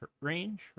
range